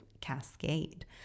cascade